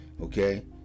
okay